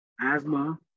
asthma